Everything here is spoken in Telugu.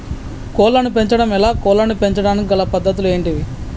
కోళ్లను పెంచడం ఎలా, కోళ్లను పెంచడానికి గల పద్ధతులు ఏంటివి?